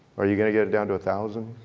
are you going to get it down to a thousand?